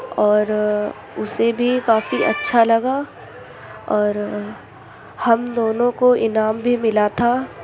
اور اسے بھی کافی اچھا لگا اور ہم دونوں کو انعام بھی ملا تھا